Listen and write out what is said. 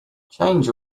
change